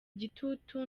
igitutu